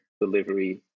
delivery